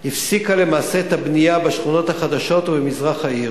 הפסיקה למעשה את הבנייה בשכונות החדשות ובמזרח העיר.